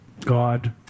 God